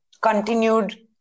continued